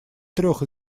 трех